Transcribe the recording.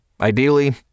Ideally